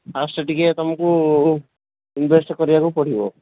first ଟିକେ ତୁମକୁ invest କରିବାକୁ ପଡ଼ିବ